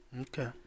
Okay